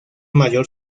mayor